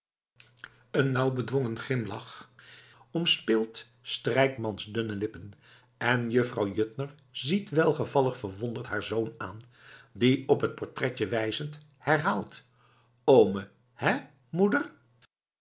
een nauw bedwongen grimlach omspeelt strijkmans dunne lippen en vrouw juttner ziet welgevallig verwonderd haar zoon aan die op het portretje wijzend herhaalt oome hé moeder